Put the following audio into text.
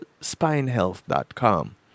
spinehealth.com